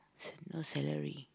no salary